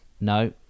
no